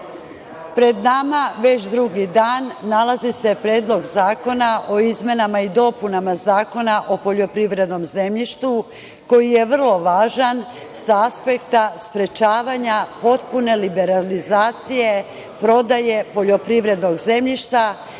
pred nama se već drugi dan nalazi Predlog zakona o izmenama i dopunama Zakona o poljoprivrednom zemljištu, koji je vrlo važan sa aspekta sprečavanja potpune liberalizacije prodaje poljoprivrednog zemljišta,